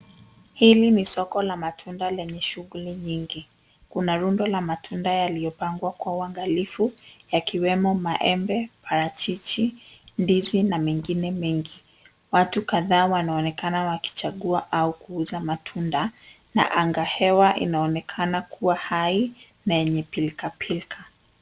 Hili ni soko la matunda lenye shuguli nyingi. Kuna rundo la matunda yaliyopangwa kwa uangalifu yakiwemo maembe, parachichi, ndizi na mengine mengi. Watu kadhaa wanaonekana wakichagua au kuuza matunda. Na anga hewa inaonekana kuwa hai na yenye pilkapilka.